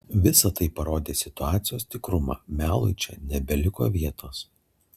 visa tai parodė situacijos tikrumą melui čia nebeliko vietos